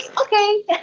Okay